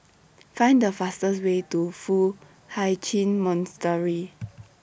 Find The fastest Way to Foo Hai Ch'An Monastery